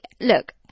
look